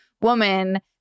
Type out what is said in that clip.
woman